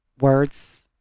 words